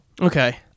Okay